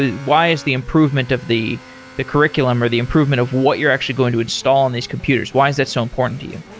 why is the improvement of the the curriculum, or the improvement of what you're actually going to install on these computers, why is that so important to you?